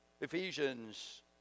Ephesians